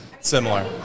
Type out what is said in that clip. Similar